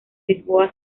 lisboa